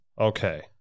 Okay